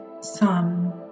sun